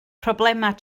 problemau